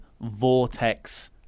vortex